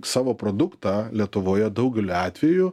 savo produktą lietuvoje daugeliu atveju